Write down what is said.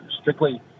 strictly